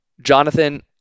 Jonathan